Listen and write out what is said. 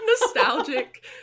nostalgic